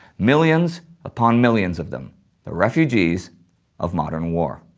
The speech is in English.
millions upon millions of them the refugees of modern war.